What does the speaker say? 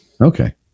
Okay